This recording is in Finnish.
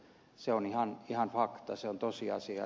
se on ihan fakta se on tosiasia